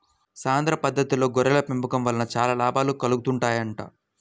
సాంద్ర పద్దతిలో గొర్రెల పెంపకం వలన చాలా లాభాలు కలుగుతాయంట